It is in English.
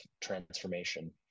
transformation